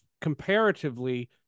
comparatively